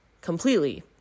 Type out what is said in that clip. completely